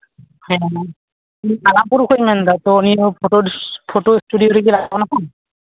ᱦᱮᱸ ᱤᱧ ᱟᱞᱟᱢᱯᱩᱨ ᱠᱷᱚᱡ ᱤᱧ ᱢᱮᱱᱫᱟ ᱛᱚ ᱱᱤᱭᱟᱹ ᱯᱷᱳᱴᱳ ᱥᱴᱩᱰᱤᱭᱳ ᱨᱤᱧ ᱪᱟᱞᱟᱜ ᱠᱟᱱᱟ ᱛᱚ